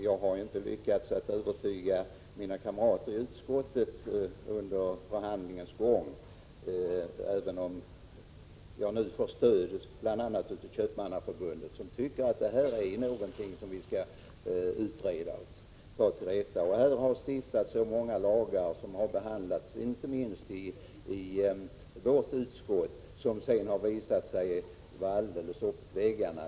Jag har inte lyckats övertyga mina kamrater i utskottet under beredningen av ärendet, även om jag har stöd från bl.a. Köpmannaförbundet, som tycker att frågan bör utredas. Det har stiftats många lagar — inte minst sådana som beretts inom vårt utskott — vilka sedan har visat sig vara helt inadekvata.